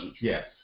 Yes